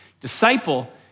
Disciple